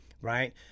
right